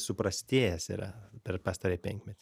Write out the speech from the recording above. suprastėjęs yra per pastarąjį penkmetį